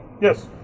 Yes